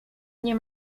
nie